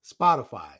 Spotify